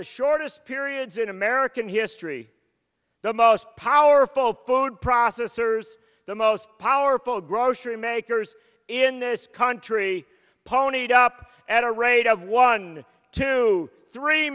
the shortest periods in american history the most powerful food processors the most powerful grocery makers in this country ponied up at a rate of one to three